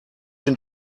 den